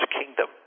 kingdom